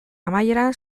amaieran